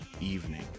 evening